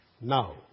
Now